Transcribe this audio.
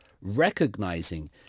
recognizing